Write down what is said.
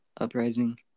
uprising